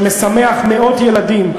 שמשמח מאוד ילדים,